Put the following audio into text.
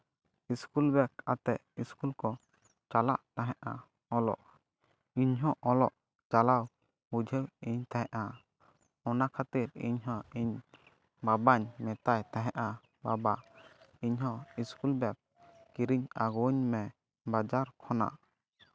school bag ᱟᱛᱮᱫ school ᱠᱚ ᱪᱟᱞᱟᱜ ᱛᱟᱦᱮᱸᱫᱼᱟ ᱚᱞᱚᱜ ᱤᱧ ᱦᱚᱸ ᱚᱞᱚᱜ ᱪᱟᱞᱟᱣ ᱵᱩᱡᱷᱟᱹᱣᱤᱧ ᱛᱟᱦᱮᱱᱟ ᱚᱱᱟ ᱠᱷᱟᱹᱛᱤᱨ ᱤᱧ ᱦᱚᱸ ᱤᱧ ᱵᱟᱵᱟᱧ ᱢᱮᱛᱟᱭ ᱛᱟᱦᱮᱸᱫᱼᱟ ᱵᱟᱵᱟ ᱤᱧ ᱦᱚᱸ ᱤᱥᱠᱩᱞ ᱵᱮᱜᱽ ᱠᱤᱨᱤᱧ ᱟᱹᱜᱩ ᱟᱹᱧ ᱢᱮ ᱵᱟᱡᱟᱨ ᱠᱷᱚᱱᱟᱜ